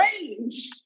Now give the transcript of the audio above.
range